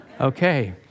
Okay